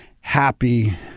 Happy